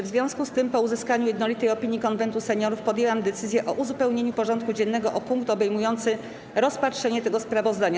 W związku z tym, po uzyskaniu jednolitej opinii Konwentu Seniorów, podjęłam decyzję o uzupełnieniu porządku dziennego o punkt obejmujący rozpatrzenie tego sprawozdania.